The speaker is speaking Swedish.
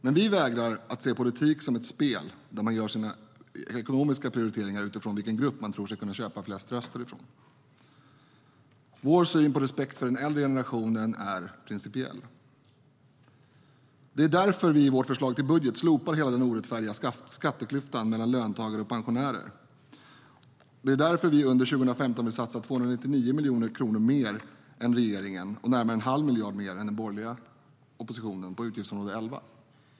Men vi vägrar att se politik som ett spel där man gör sina ekonomiska prioriteringar utifrån vilken grupp man tror sig kunna köpa flest röster från. Vår syn på respekt för den äldre generationen är principiell. Det är därför vi i vårt förslag till budget slopar hela den orättfärdiga skatteklyftan mellan löntagare och pensionärer. Det är därför vi under 2015 vill satsa 299 miljoner kronor mer än regeringen och närmare en halv miljard mer än den borgerliga oppositionen på utgiftsområde 11.